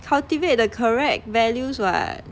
cultivate the correct values [what]